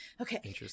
okay